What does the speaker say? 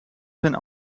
zijn